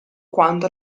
quando